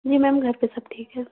जी ma'am घर पर सब ठीक है